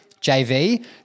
JV